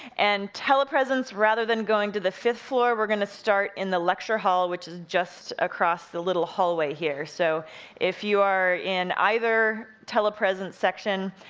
and telepresence, rather than going to the fifth floor, we're gonna start in the lecture hall, which is just across the little hallway here. so if you are in either telepresence section,